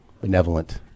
benevolent